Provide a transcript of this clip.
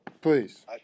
Please